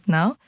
now